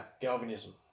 Galvanism